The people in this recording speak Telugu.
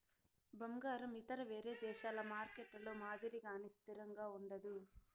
బంగారం ఇతర వేరే దేశాల మార్కెట్లలో మాదిరిగానే స్థిరంగా ఉండదు